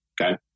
Okay